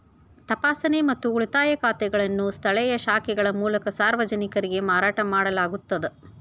ತಪಾಸಣೆ ಮತ್ತು ಉಳಿತಾಯ ಖಾತೆಗಳನ್ನು ಸ್ಥಳೇಯ ಶಾಖೆಗಳ ಮೂಲಕ ಸಾರ್ವಜನಿಕರಿಗೆ ಮಾರಾಟ ಮಾಡಲಾಗುತ್ತದ